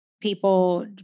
people